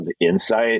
insight